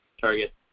target